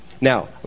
Now